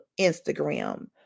Instagram